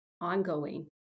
Ongoing